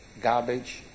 garbage